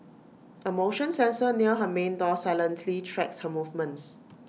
A motion sensor near her main door silently tracks her movements